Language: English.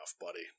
buddy